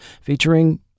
featuring